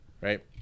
right